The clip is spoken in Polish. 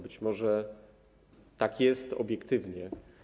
Być może tak jest obiektywnie.